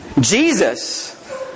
Jesus